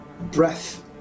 breath